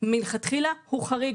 מלכתחילה הוא חריג,